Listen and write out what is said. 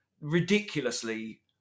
ridiculously